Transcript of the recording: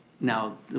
now,